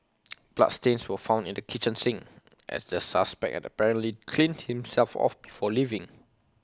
bloodstains were found in the kitchen sink as the suspect had apparently cleaned himself off before leaving